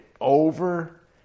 over